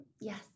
Yes